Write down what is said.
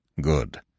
Good